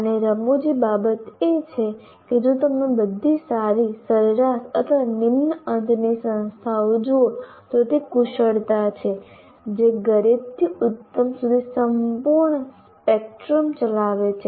અને રમુજી બાબત એ છે કે જો તમે બધી સારી સરેરાશ અથવા નિમ્ન અંતની સંસ્થાઓ જુઓ તો તે કુશળતા છે જે ગરીબથી ઉત્તમ સુધી સંપૂર્ણ સ્પેક્ટ્રમ ચલાવે છે